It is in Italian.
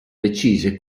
decise